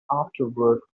afterwork